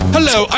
Hello